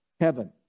Heaven